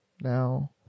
now